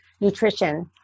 nutrition